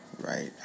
right